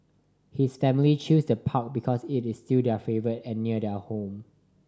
his family chose the park because it is due their favourite and near their home